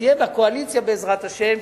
כשתהיה בקואליציה בעזרת השם,